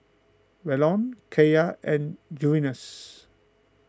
Welton Keyla and Junius